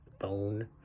phone